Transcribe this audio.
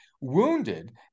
wounded